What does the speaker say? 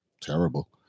terrible